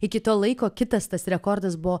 iki to laiko kitas tas rekordas buvo